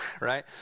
right